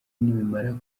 nibimara